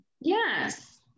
Yes